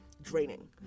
draining